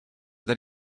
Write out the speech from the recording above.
that